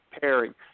pairing